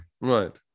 right